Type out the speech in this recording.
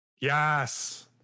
Yes